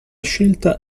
scelta